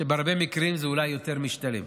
שבהרבה מקרים זה אולי יותר משתלם.